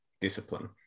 discipline